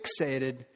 fixated